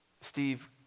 Steve